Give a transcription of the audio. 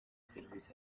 serivisi